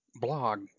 blog